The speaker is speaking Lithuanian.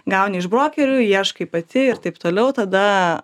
gauni iš brokerių ieškai pati ir taip toliau tada